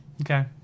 Okay